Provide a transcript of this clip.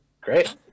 Great